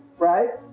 right?